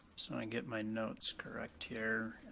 wanna and get my notes correct here.